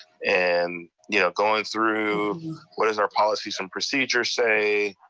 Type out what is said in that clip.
and you know going through what does our policies and procedures say,